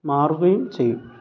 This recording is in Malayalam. മാറുകയും ചെയ്യും